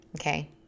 okay